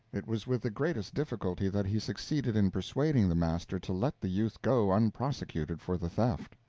it was with the greatest difficulty that he succeeded in persuading the master to let the youth go unprosecuted for the theft.